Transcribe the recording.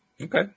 Okay